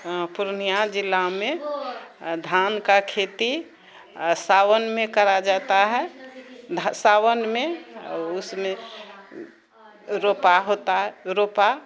पूर्णियाँ जिलामे धान का खेती साओनमे करा जाता है सावनमे उसमे रोपा होता है रोपा